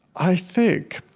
i think